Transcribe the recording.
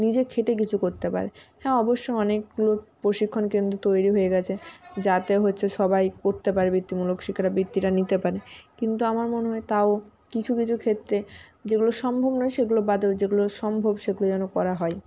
নিজে খেটে কিছু করতে পারে হ্যাঁ অবশ্য অনেকগুলো প্রশিক্ষণ কেন্দ্র তৈরি হয়ে গেছে যাতে হচ্ছে সবাই করতে পারে বৃত্তিমূলক শিক্ষা বা বৃত্তিটা নিতে পারে কিন্তু আমার মনে হয় তাও কিছু কিছু ক্ষেত্রে যেগুলো সম্ভব নয় সেগুলো বাদেও যেগুলো সম্ভব সেগুলো যেন করা হয়